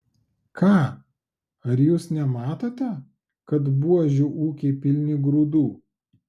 ką ar jūs nematote kad buožių ūkiai pilni grūdų